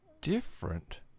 different